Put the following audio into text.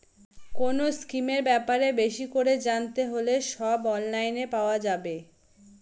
কোনো স্কিমের ব্যাপারে বেশি করে জানতে হলে সব অনলাইনে পাওয়া যাবে